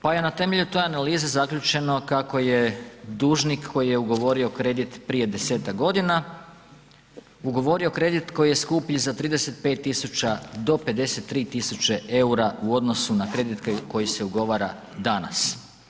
Pa je na temelju te analize zaključeno kako je dužnik koji je ugovorio kredit prije 10-tak godina, ugovorio kredit koji je skuplji za 35.000 do 53.000 EUR-a u odnosu na kredit koji se ugovara danas.